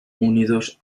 unidos